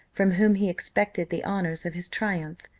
from whom he expected the honours of his triumph.